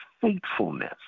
faithfulness